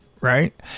right